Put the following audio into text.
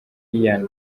ian